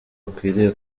ukwiriye